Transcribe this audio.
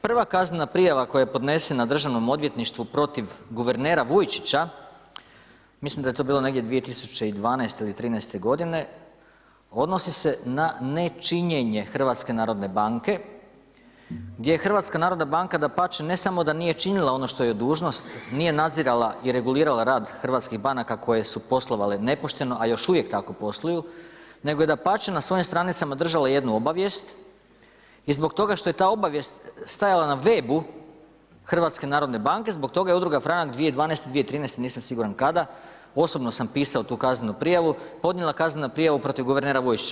Prva kaznena prijava koja je podnesena državnom odvjetništvu protiv guvernera Vujčića, mislim da je to bilo negdje 2012. i '13. godine, odnosi se na ne činjenje HNB-a, gdje je HNB dapače, ne samo da nije činila ono što joj je dužnost, nije nadzirala i regulirala rad hrvatskih banaka koje su poslovale nepošteno, a još uvijek tako posluju, nego je dapače, na svojim stranicama držala jednu obavijest i zbog toga što je ta obavijest stajala na web-u HNB-a, zbog toga je udruga Franak 2012., 2013., nisam siguran kada, osobno sam pisao tu kaznenu prijavu, podnijela kaznenu prijavu protiv guvernera Vujčića.